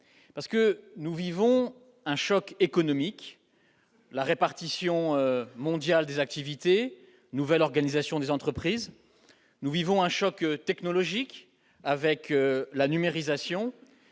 effet, nous vivons un choc économique, avec la répartition mondiale des activités et la nouvelle organisation des entreprises. Nous vivons un choc technologique, avec la numérisation.